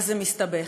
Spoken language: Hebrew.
זה מסתבך,